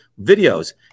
videos